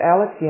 Alex